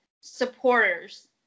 supporters